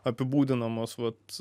apibūdinamos vat